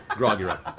grog, you're up.